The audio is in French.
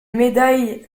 médailles